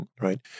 right